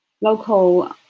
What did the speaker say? local